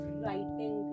writing